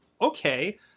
okay